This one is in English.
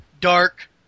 dark